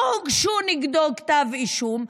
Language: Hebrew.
לא הוגש נגדו כתב אישום,